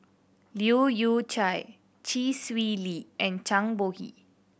Leu Yew Chye Chee Swee Lee and Zhang Bohe